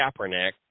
Kaepernick